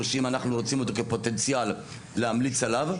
שאם אנחנו רוצים אותו כפוטנציאל להמליץ עליו,